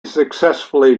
successfully